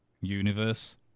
universe